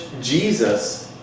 Jesus